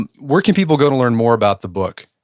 and where can people go to learn more about the book?